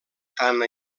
tant